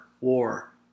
war